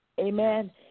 Amen